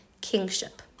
kingship